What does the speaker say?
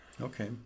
Okay